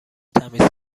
تمیز